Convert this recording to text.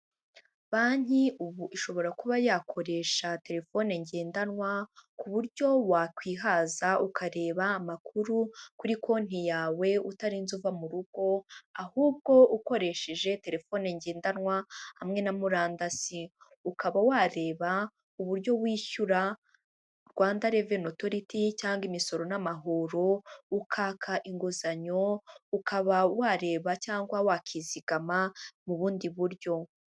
Banki ubu ishobora kuba yakoresha terefone ngendanwa ku buryo wakwihaza ukareba amakuru kuri konti yawe utarinze uva mu rugo, ahubwo ukoresheje terefone ngendanwa hamwe na murandasi ukaba wareba uburyo wishyura Rwanda reveni otoriti cyangwa imisoro n'amahoro, ukaka inguzanyo, ukaba wareba cyangwa wakizigama mu bundi buryo.